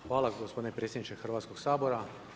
Hvala gospodine predsjedniče Hrvatskog sabora.